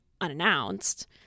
unannounced